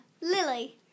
Lily